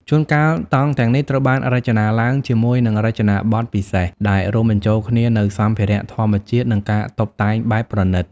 ជួនកាល តង់ទាំងនេះត្រូវបានរចនាឡើងជាមួយនឹងរចនាបថពិសេស ដែលរួមបញ្ចូលគ្នានូវសម្ភារៈធម្មជាតិ និងការតុបតែងបែបប្រណីត។